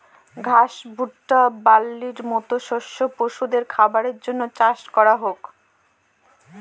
ঘাস, ভুট্টা, বার্লির মতো শস্য পশুদের খাবারের জন্য চাষ করা হোক